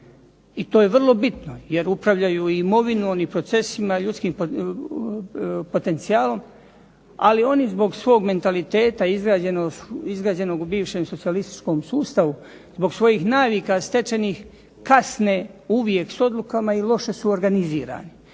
i to je vrlo bitno jer upravljaju i imovinom i procesima i ljudskim potencijalom, ali oni zbog svog mentaliteta izgrađenog u bivšem socijalističkom sustavu zbog svojih navika stečenih kasne uvijek s odlukama i loše su organizirani,